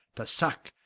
to sucke,